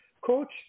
Coach